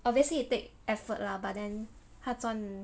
obviously it take effort lah but then 他赚